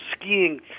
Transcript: skiing